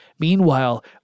Meanwhile